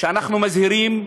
שאנחנו מזהירים,